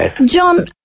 John